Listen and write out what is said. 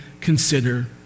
consider